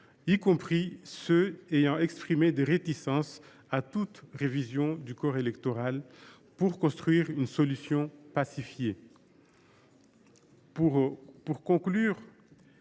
y compris ceux qui ont exprimé des réticences vis à vis de toute révision du corps électoral, pour construire une solution pacifiée. Pour conclure,